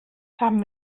haben